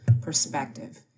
perspective